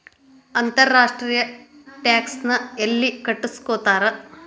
ಅಂತರ್ ರಾಷ್ಟ್ರೇಯ ಟ್ಯಾಕ್ಸ್ ನ ಯೆಲ್ಲಿ ಕಟ್ಟಸ್ಕೊತಾರ್?